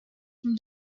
from